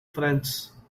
friends